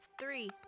three